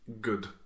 good